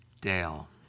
Dale